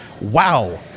Wow